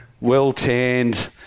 well-tanned